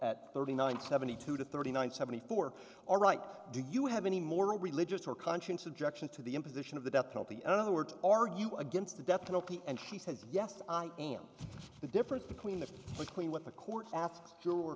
at thirty nine seventy two to thirty nine seventy four all right do you have any moral religious or conscience objection to the imposition of the death penalty in other words are you against the death penalty and she says yes i am the difference between the between what the court